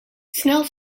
snel